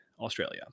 Australia